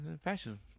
fascism